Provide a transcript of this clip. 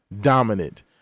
dominant